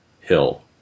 Hill